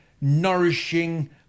nourishing